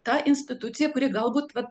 ta institucija kuri galbūt va